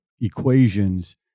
equations